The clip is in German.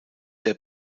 der